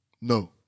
no